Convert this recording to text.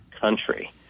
country